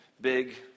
Big